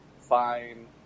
fine